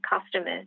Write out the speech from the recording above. customers